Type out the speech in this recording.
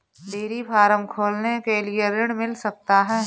Dairy farm खोलने के लिए ऋण मिल सकता है?